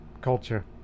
culture